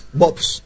bobs